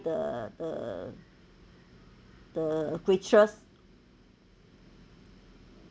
the the the waitress